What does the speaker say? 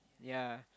yea